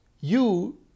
You